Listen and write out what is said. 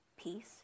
peace